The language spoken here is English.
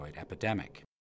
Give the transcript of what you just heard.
epidemic